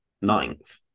ninth